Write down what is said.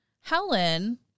Helen